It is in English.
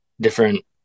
different